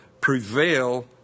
prevail